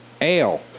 ale